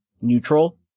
neutral